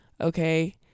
okay